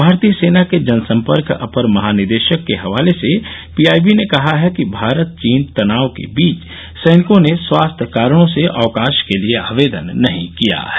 भारतीय सेना के जन संपर्क अपर महानिदेशक के हवाले से पीआईबी ने कहा है कि भारत चीन तनाव के बीच सैनिकों ने स्वास्थ्य कारणों से अवकाश के लिए आवेदन नहीं किया है